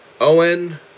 Owen